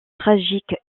tragique